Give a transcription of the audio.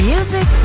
Music